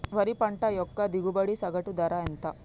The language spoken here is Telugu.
వరి పంట యొక్క దిగుబడి సగటు ధర ఎంత?